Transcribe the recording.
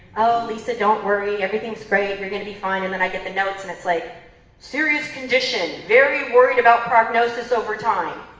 oh, lisa, don't worry, everything's great, you're going to be fine, and then i get the note and it's like serious condition, very worried about prognosis over time!